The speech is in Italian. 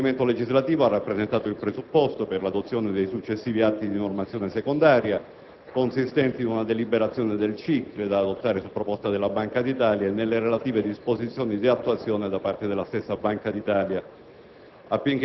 Il provvedimento legislativo ha rappresentato il presupposto per l'adozione dei successivi atti di normazione secondaria, consistenti in una deliberazione del CICR da adottare su proposta della Banca d'Italia e nelle relative disposizioni di attuazione da parte della stessa Banca d'Italia.